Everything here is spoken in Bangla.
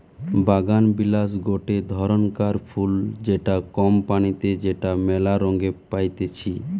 বাগানবিলাস গটে ধরণকার ফুল যেটা কম পানিতে যেটা মেলা রঙে পাইতিছি